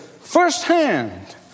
firsthand